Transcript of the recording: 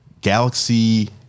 Galaxy